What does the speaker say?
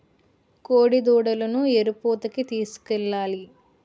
కోడిదూడలను ఎరుపూతకి తీసుకెళ్లాలి